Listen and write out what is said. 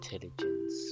intelligence